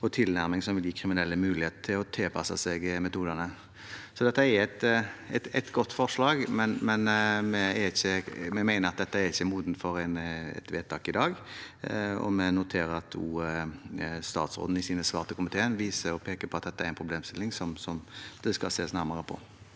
informasjon som vil gi kriminelle muligheten til å tilpasse seg politiets taktikk og tilnærming. Dette er et godt forslag, men vi mener at dette ikke er modent for et vedtak i dag. Vi noterer at statsråden i sine svar til komiteen viser og peker på at dette er en problemstilling som det skal ses nærmere på.